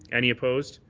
any opposed?